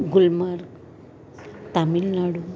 Gulmarg Tamil Nadu